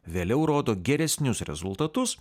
vėliau rodo geresnius rezultatus